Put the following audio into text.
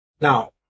Now